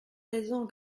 raison